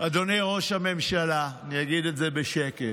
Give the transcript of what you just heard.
ראש הממשלה, אני אגיד את זה בשקט: